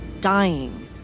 dying